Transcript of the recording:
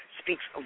speaks